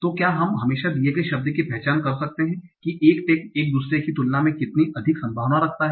तो क्या हम हमेशा दिए गए शब्द की पहचान कर सकते हैं कि एक टैग एक दूसरे की तुलना में कितनी अधिक संभावना रखता है